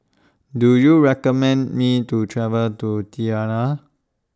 Do YOU recommend Me to travel to Tirana